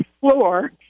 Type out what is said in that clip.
floor